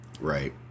Right